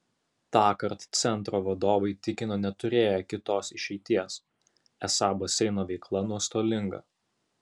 tąkart centro vadovai tikino neturėję kitos išeities esą baseino veikla nuostolinga